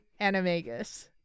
animagus